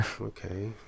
okay